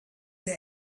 der